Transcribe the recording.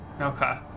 Okay